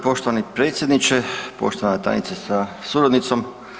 Poštovani predsjedniče, poštovana tajnice sa suradnicom.